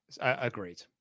agreed